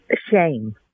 shame